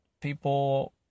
people